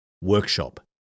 workshop